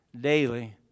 Daily